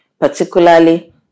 particularly